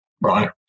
right